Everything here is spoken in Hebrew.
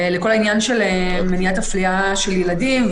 לכל העניין של מניעת אפליה של ילדים,